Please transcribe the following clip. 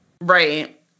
right